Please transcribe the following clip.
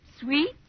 Sweet